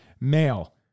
male